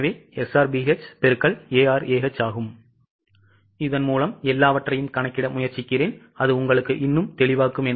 எனவே SRBH பெருக்கல் ARAH ஆகும் இதன் மூலம் எல்லாவற்றையும் கணக்கிட முயற்சிக்கிறேன் அது உங்களுக்கு இன்னும் தெளிவாக்கும்